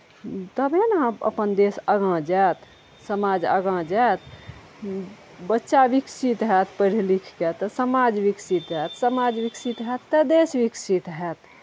तखने ने अपन देश आगाँ जाएत समाज आगाँ जाएत बच्चा विकसित होयत पढ़ि लिखके तऽ समाज विकसित होयत समाज विकसित होयत तऽ देश विकसित होयत